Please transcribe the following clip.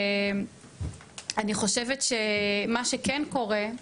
אני חושבת שמה שכן קורה,